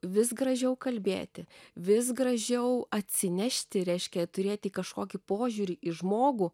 vis gražiau kalbėti vis gražiau atsinešti reiškia turėti kažkokį požiūrį į žmogų